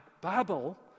Babel